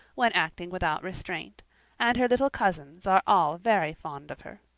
when acting without restraint and her little cousins are all very fond of her.